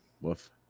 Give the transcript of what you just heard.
Woof